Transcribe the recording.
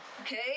Okay